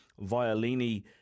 Violini